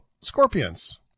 scorpions